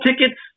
tickets